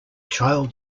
child